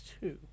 two